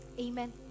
Amen